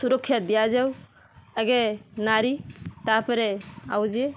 ସୁରକ୍ଷା ଦିଆଯାଉ ଆଗେ ନାରୀ ତାପରେ ଆଉ ଯିଏ